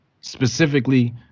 Specifically